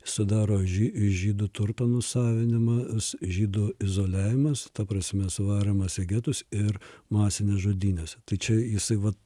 sudaro žy žydų turto nusavinimas žydų izoliavimas ta prasme suvarymas į getus ir masinės žudynės tai čia jisai vat